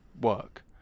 work